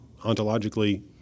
ontologically